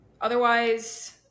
Otherwise